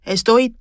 ¿Estoy